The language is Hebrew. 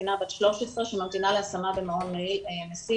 קטינה בת 13 שממתינה להשמה במעון 'מסילה'.